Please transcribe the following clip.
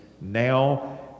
Now